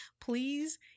please